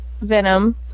venom